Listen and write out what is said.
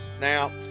Now